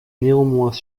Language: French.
néanmoins